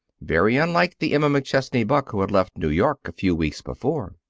very unlike the emma mcchesney buck who had left new york a few weeks before.